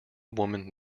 woman